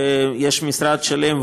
יש משרד שלם,